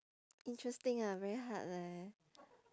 interesting ah very hard leh